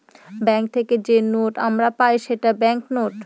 bank থেকে যে note আমরা পাই সেটা ব্যাঙ্ক নোট